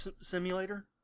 Simulator